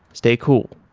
stay cool.